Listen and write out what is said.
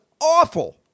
awful